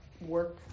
work